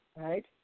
right